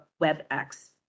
WebEx